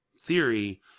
theory